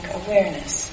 awareness